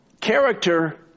Character